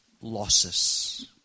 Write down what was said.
losses